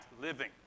living